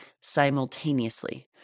simultaneously